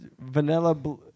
vanilla